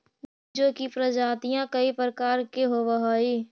बीजों की प्रजातियां कई प्रकार के होवअ हई